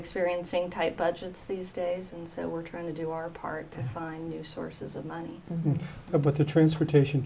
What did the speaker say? experience same type budgets these days and so we're trying to do our part to find new sources of money but the transportation